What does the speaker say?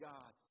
God